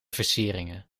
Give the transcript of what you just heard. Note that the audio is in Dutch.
versieringen